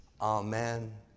Amen